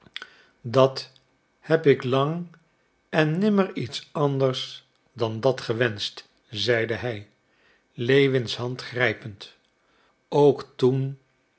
dat heb ik lang en nimmer iets anders dan dat gewenscht zeide hij lewins hand grijpend ook toen